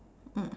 mm